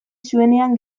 zuenean